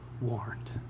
warned